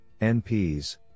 NPs